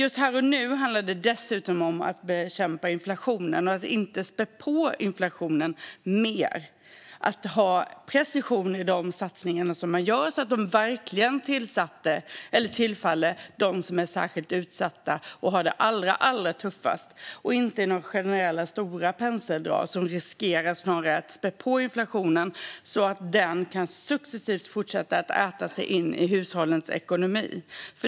Just här och nu handlar det dessutom om att bekämpa inflationen - att inte spä på inflationen mer utan ha precision i de satsningar man gör så att de verkligen riktas mot dem som är särskilt utsatta och har det allra tuffast och inte är några stora, generella penseldrag som snarare riskerar att spä på inflationen så att den kan fortsätta att successivt äta sig in i hushållens ekonomi.